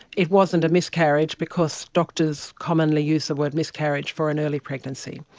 it wasn't a miscarriage because doctors commonly use the word miscarriage for an early pregnancy.